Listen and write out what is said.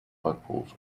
buckles